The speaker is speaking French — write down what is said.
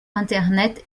internet